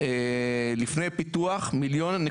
לפני פיתוח, 1.2 מיליון.